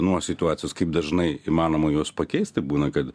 nuo situacijos kaip dažnai įmanoma juos pakeist tai būna kad